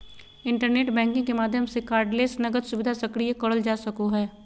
internet banking के माध्यम से कार्डलेस नकद सुविधा सक्रिय करल जा सको हय